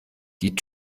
die